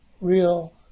real